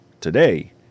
today